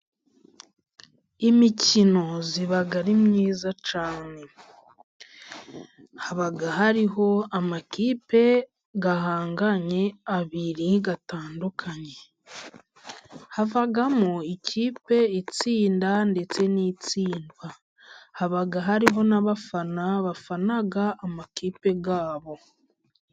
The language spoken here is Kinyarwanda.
Imikino iba ari myiza cyane haba hariho amakipe ahanganye abiri atandukanye, havamo ikipe itsinda ndetse n'itsindwa haba hariho n'abafana bafana amakipe yabo.